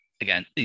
again